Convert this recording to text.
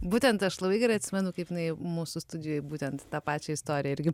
būtent aš labai gerai atsimenu kaip jinai mūsų studijoj būtent tą pačią istoriją irgi